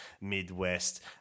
Midwest